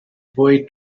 boy